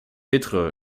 être